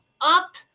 up